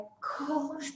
cool